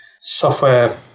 software